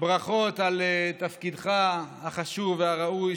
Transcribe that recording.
ברכות על תפקידך החשוב והראוי,